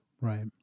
Right